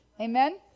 Amen